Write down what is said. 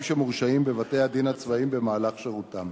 שמורשעים בבתי-הדין הצבאיים במהלך שירותם.